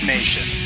Nation